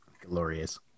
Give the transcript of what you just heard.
Glorious